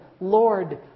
Lord